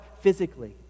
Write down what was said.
physically